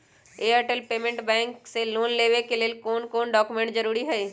Airtel payments bank से loan लेवे के ले कौन कौन डॉक्यूमेंट जरुरी होइ?